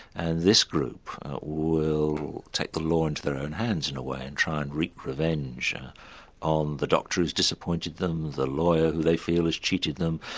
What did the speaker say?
and this group will take the law into and their own hands in a way, and try and wreak revenge on the doctor who has disappointed them, the lawyer who they feel has cheated them,